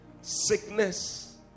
Sickness